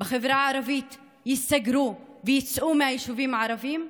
בחברה הערבית ייסגרו ויצאו מהיישובים הערביים,